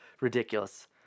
Ridiculous